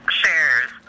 shares